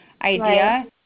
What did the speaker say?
idea